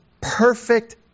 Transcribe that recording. perfect